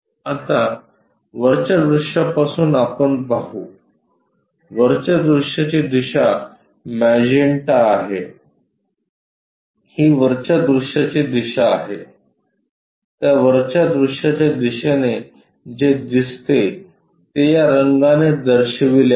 आता वरच्या दृश्यापासून पाहू वरच्या दृश्याची दिशा मॅजेन्टा आहे ही वरच्या दृश्याची दिशा आहे त्या वरच्या दृश्याच्या दिशेने जे दिसते ते या रंगाने दर्शविले आहे